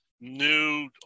new